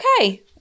Okay